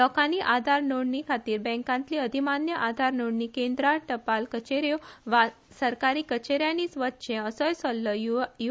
लोकानी आधार नोंदणी खातीर बँकातली अधिमान्य आधार नोंदणी केंद्रा टपाल कचे यो वा सरकारी कचे यानीच वचचे असोय सल्लो यु